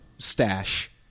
Stash